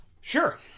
Sure